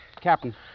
Captain